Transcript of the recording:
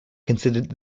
considered